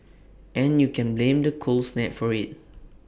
and you can blame the cold snap for IT